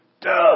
duh